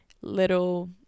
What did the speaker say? little